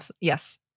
Yes